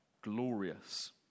glorious